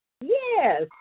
Yes